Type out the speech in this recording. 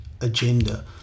Agenda*